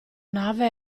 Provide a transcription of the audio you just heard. nave